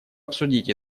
обсудить